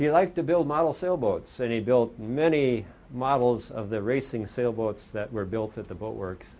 he liked to build model sailboats and he built many models of the racing sailboats that were built at the boat works